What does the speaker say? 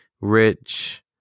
rich